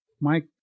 mike